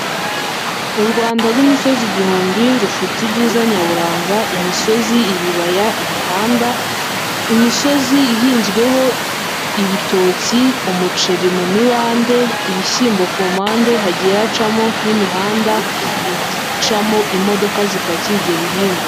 U Rwanda rw'imisozi igihumbi rufite ibyiza nyaburanga imisozi, ibibaya, imihanda, imisozi ihinzweho ibitoki, umuceri mu mibande, ibishyimbo ku mpande, hagiye hacamo n'imihanda icamo imodoka zipakiye ibyo bihingwa.